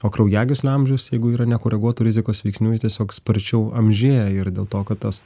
o kraujagyslių amžius jeigu yra nekoreguotų rizikos veiksnių jis tiesiog sparčiau amžėja ir dėl to kad tas